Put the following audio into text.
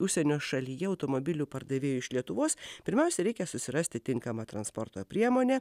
užsienio šalyje automobilių pardavėjai iš lietuvos pirmiausia reikia susirasti tinkamą transporto priemonę